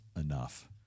enough